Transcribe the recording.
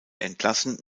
entlassen